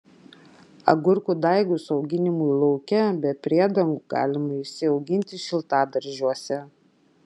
agurkų daigus auginimui lauke be priedangų galima išsiauginti šiltadaržiuose